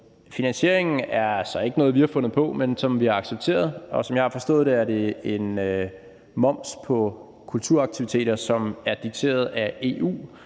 Finansieringen er altså ikke noget, vi har fundet på, men som vi har accepteret. Og som jeg har forstået det, er det en moms på kulturaktiviteter, som er dikteret af EU,